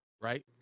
right